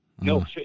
No